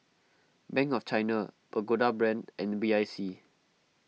Bank of China Pagoda Brand and B I C